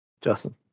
Justin